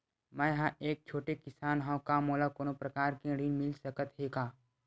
मै ह एक छोटे किसान हंव का मोला कोनो प्रकार के ऋण मिल सकत हे का?